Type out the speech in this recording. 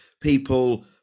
people